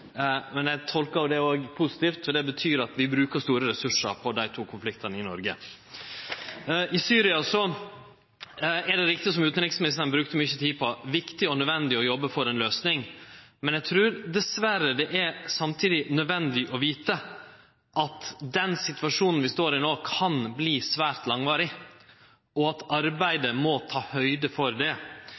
men eg tolkar det òg positivt, for det betyr at vi bruker store ressursar på dei to konfliktane i Noreg. I Syria er det, som utanriksministeren brukte mykje tid på, viktig og nødvendig å jobbe for ei løysing. Men eg trur dessverre at det samtidig er nødvendig å vite at den situasjonen vi står i no, kan verte svært langvarig, og at arbeidet må ta høgde for det.